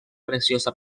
preciosa